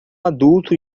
adulto